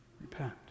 Repent